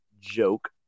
joke